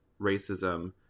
Racism